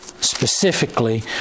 specifically